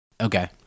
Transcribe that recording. Okay